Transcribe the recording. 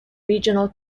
regional